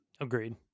Agreed